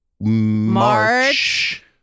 March